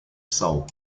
soul